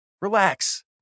Relax